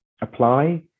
apply